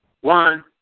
One